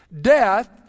death